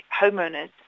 homeowners